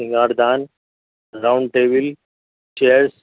سنگاردان round table chairs